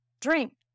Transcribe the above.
drink